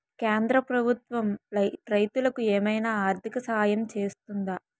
కేంద్ర ప్రభుత్వం రైతులకు ఏమైనా ఆర్థిక సాయం చేస్తుందా?